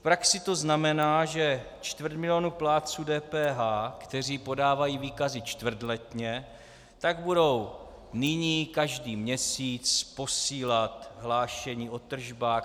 V praxi to znamená, že čtvrt milionu plátců DPH, kteří podávají výkazy čtvrtletně, tak budou nyní každý měsíc posílat hlášení o tržbách.